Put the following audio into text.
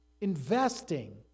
Investing